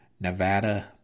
Nevada